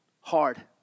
hard